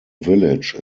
village